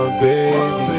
baby